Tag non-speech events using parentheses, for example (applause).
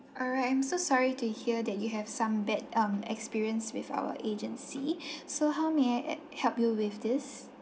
all right I'm so sorry to hear that you have some bad um experience with our agency (breath) so how may I a~ help you with this